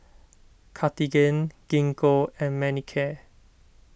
Cartigain Gingko and Manicare